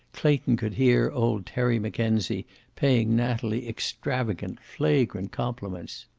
clayton could hear old terry mackenzie paying natalie extravagant, flagrant compliments.